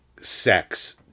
sex